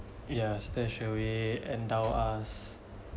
yes then shall we endow us